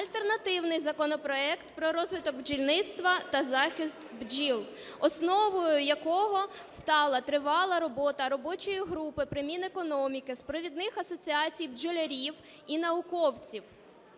альтернативний законопроект про розвиток бджільництва та захист бджіл, основою якого стала тривала робота робочої групи при Мінекономіки з провідних асоціацій бджолярів і науковців.